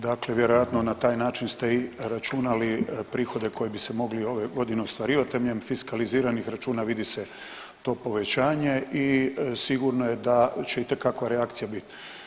Dakle vjerojatno na taj način ste i računali prihode koji bi se mogli ove godine ostvarivati temeljem fiskaliziranih računa, vidi se to povećanje i sigurno je da će itekako reakcija biti.